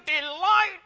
delight